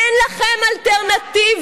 אין לכם אלטרנטיבה.